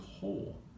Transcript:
whole